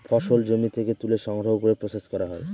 ফসল জমি থেকে তুলে সংগ্রহ করে প্রসেস করা হয়